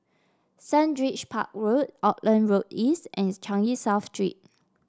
Sundridge Park Road Auckland Road East and Changi South Street